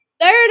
Third